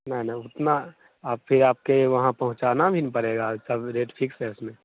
नहीं नहीं उतना आप फ़िर आपके वहाँ पहुँचाना भी न पड़ेगा तब रेट फिक्स है उसमें